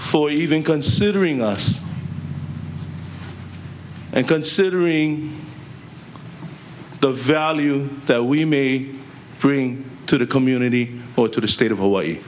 for even considering us and considering the value we may bring to the community or to the state of hawaii